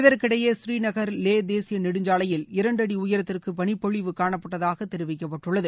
இதற்கிடையே ஸ்ரீநகர் லே தேசிய நெடுஞ்சாலையில் இரண்டு அடி உயரத்திற்கு பளி பொழிவு காணப்பட்டதாக தெரிவிக்கப்பட்டுள்ளது